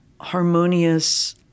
harmonious